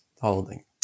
holding